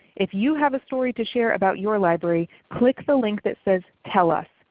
if you have a story to share about your library, click the link that says tell us.